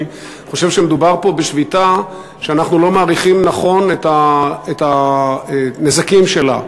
אני חושב שמדובר פה בשביתה שאנחנו לא מעריכים נכון את הנזקים שלה.